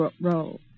role